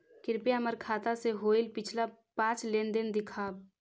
कृपा हमर खाता से होईल पिछला पाँच लेनदेन दिखाव